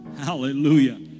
Hallelujah